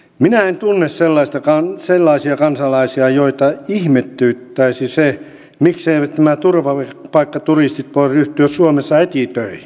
minä en tunne sellaisia kansalaisia joita ihmetyttäisi se mikseivät nämä turvapaikkaturistit voi ryhtyä suomessa heti töihin